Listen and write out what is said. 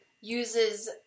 uses